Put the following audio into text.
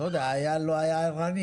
שיש הערות.